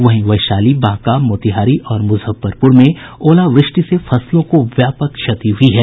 वहीं वैशाली बांका मोतिहारी और मुजफ्फरपुर में ओलावृष्टि से फसलों को व्यापक क्षति हुयी है